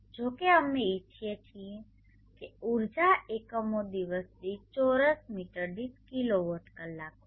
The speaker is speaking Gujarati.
જો કે અમે ઇચ્છીએ છીએ કે ઊર્જા એકમો દિવસ દીઠ ચોરસ મીટર દીઠ કિલોવોટ કલાક હોય